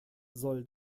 soll